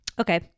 Okay